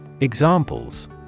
Examples